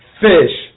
fish